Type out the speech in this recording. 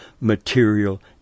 material